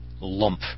lump